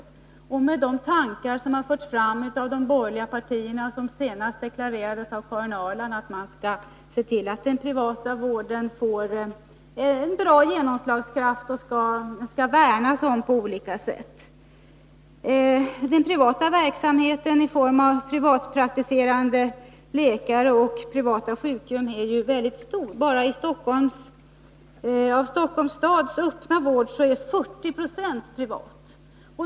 Inte heller kan jag se hur det skall kunna uppfyllas mot bakgrund av de tankar som har förts fram av de borgerliga partierna — de deklarerades senast av Karin Ahrland — nämligen att man skall se till att den privata vården får en bra genomslagskraft och att man värnar om den på olika sätt. Den verksamhet som bedrivs av privatpraktiserande läkare och tillgången på privata sjukrum är väldigt omfattande. Av den öppna vården i Stockholms stad är 40 6 privat.